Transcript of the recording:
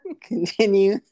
continue